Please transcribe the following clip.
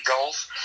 goals